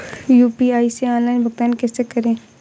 UPI से online भुगतान कैसे करें?